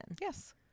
Yes